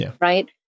right